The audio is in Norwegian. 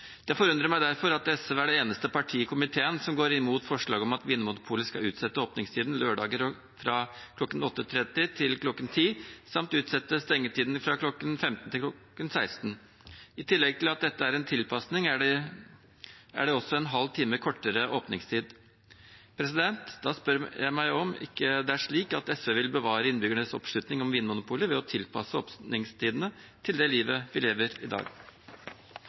Det forundrer meg derfor at SV er det eneste partiet i komiteen som går imot forslaget om at Vinmonopolet skal utsette åpningstiden på lørdager fra kl. 08.30 til kl. 10, samt utsette stengetiden fra kl. 15 til kl. 16. I tillegg til at dette er en tilpasning, er det en halv time kortere åpningstid. Da spør jeg meg om ikke det er slik at SV vil bevare innbyggernes oppslutning om Vinmonopolet ved å tilpasse åpningstidene til det livet vi lever i dag.